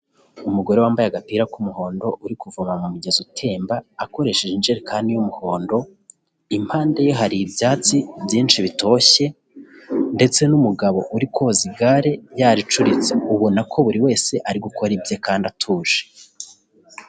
Umugore wambaye agapira k'umuhondo uri kuvoma mu mugezi utemba akoresheje injerekani y'umuhondo, impande ye hari ibyatsi byinshi bitoshye ndetse n'umugabo uri koza igare yaricuritse, ubona ko buri wese ari gukora ibye kandi atuje.